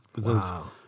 Wow